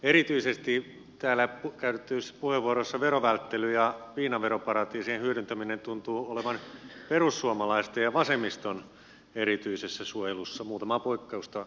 erityisesti täällä käytetyissä puheenvuoroissa verovälttely ja viinaveroparatiisien hyödyntäminen tuntuu olevan perussuomalaisten ja vasemmiston erityisessä suojelussa muutamaa poikkeusta lukuun ottamatta